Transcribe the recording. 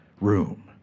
room